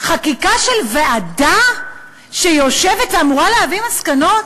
חקיקה של ועדה שיושבת ואמורה להביא מסקנות?